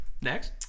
Next